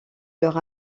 leurs